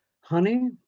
honey